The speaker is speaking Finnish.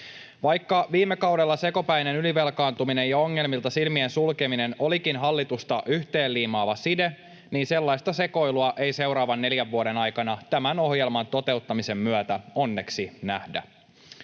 Vaikka viime kaudella sekopäinen ylivelkaantuminen ja ongelmilta silmien sulkeminen olikin hallitusta yhteen liimaava side, sellaista sekoilua ei seuraavan neljän vuoden aikana tämän ohjelman toteuttamisen myötä onneksi nähdä.